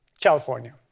California